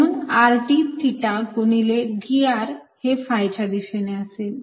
म्हणून r d theta गुणिले dr हे phi च्या दिशेने असेल